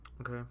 Okay